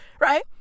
right